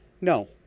No